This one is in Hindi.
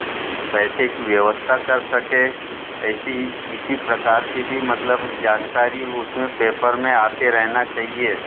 पैसे की व्यवस्था कर सके ऐसी किसी प्रकार की भी मतलब जानकारी उसमें पेपर में आते रहना चाहिए